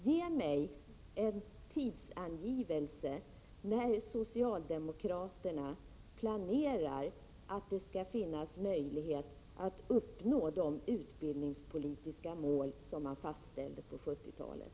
Ge mig en tidsangivelse för när socialdemokraterna planerar att det skall finnas möjlighet att uppnå de utbildningspolitiska mål som man fastställde på 70-talet.